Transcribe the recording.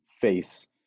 face